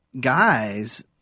Guys